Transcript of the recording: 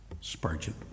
Spurgeon